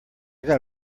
got